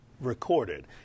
recorded